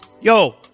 yo